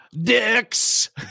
Dicks